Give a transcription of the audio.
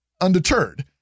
undeterred